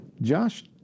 Josh